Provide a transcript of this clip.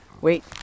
Wait